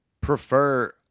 prefer